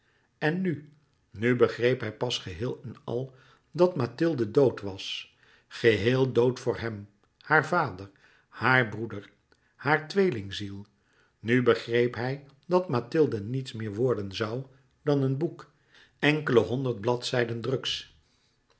en nu nu begreep hij pas geheel en al dat mathilde dood was geheel dood voor hem haar vader haar broeder haar tweelingziel nu begreep hij dat mathilde niets meer worden zoû dan een boek enkele honderd bladzijden druks